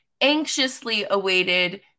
anxiously-awaited